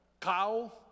cow